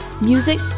music